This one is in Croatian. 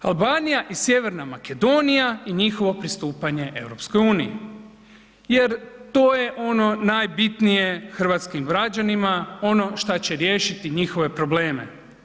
Albanija i Sjeverna Makedonija i njihovo pristupanje EU, jer to je ono najbitnije hrvatskim građanima, ono šta će riješiti njihove probleme.